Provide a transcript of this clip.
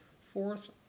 Fourth